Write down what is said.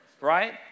right